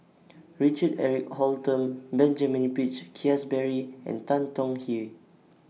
Richard Eric Holttum Benjamin Peach Keasberry and Tan Tong Hye